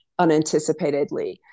unanticipatedly